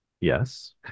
yes